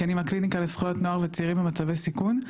כי אני מהקליניקה לזכויות נוער וצעירים במצבי סיכון,